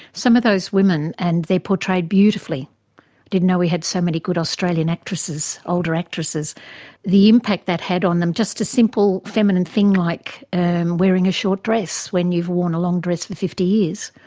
some of those women, and they're portrayed beautifully didn't know we had so many good australian actresses, older actresses the impact that had on them, just a simple, feminine thing like and wearing a short dress, when you've worn a long dress for fifty years.